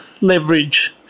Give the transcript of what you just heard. leverage